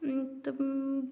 تہٕ